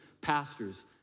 pastors